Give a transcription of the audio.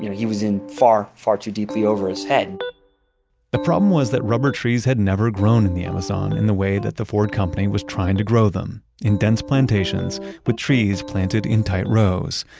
you know he was in far, far too deeply over his head problem was that rubber trees had never grown in the amazon in the way that the ford company was trying to grow them in dense plantations with trees planted in tight rows.